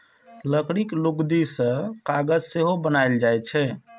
लकड़ीक लुगदी सं कागज सेहो बनाएल जाइ छै